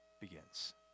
begins